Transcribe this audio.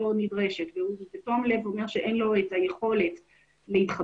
נדרשת והוא בתום לב אומר שאין לו את היכולת להתחבר,